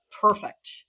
perfect